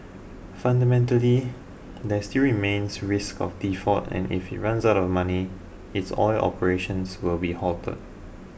fundamentally there still remains risk of default and if it runs out of money its oil operations will be halted